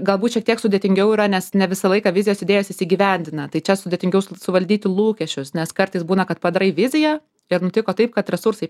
galbūt šiek tiek sudėtingiau yra nes ne visą laiką vizijos idėjos įsigyvendina tai čia sudėtingiau suvaldyti lūkesčius nes kartais būna kad padarai viziją ir nutiko taip kad resursai